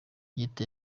leta